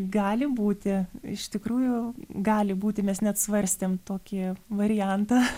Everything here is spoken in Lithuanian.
gali būti iš tikrųjų gali būti mes net svarstėm tokį variantą